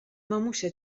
mamusia